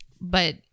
but-